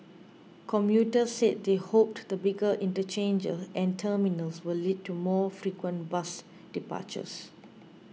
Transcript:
commuters said they hoped the bigger interchanges and terminals will lead to more frequent bus departures